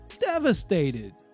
Devastated